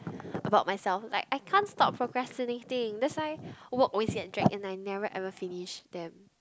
about myself like I can't stop procrastinating that's why work always get dragged and I never ever finish them